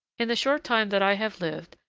in the short time that i have lived,